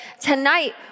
tonight